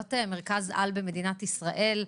להיות מרכז-על במדינת ישראל,